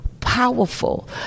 powerful